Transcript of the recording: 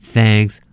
Thanks